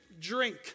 drink